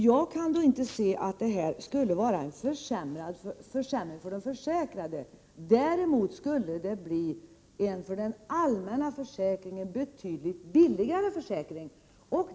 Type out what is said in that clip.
Jag kan inte anse att det skulle vara en försämring för de försäkrade. Däremot skulle det bli en för den allmänna försäkringen betydligt billigare försäkring.